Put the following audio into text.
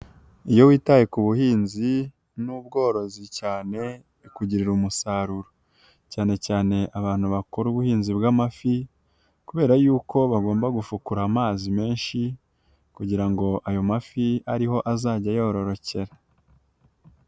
Iyo witaye ku buhinzi n'ubworozi cyane bikugirira umusaruro cyane cyane abantu bakora ubuhinzi bw'amafi, kubera y'uko bagomba gufukura amazi menshi kugira ngo ayo mafi ariho azajya yororokera.